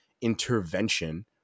Intervention